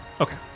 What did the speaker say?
Okay